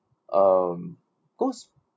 um goosebumps